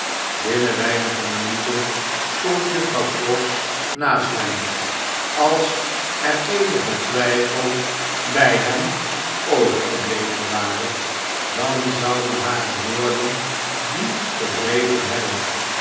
binnen weinige minuten stond juffrouw pross naast hem als er eenige twyfel by hem overgebleven ware dan zouden hare woorden dien verdreven hebben